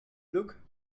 look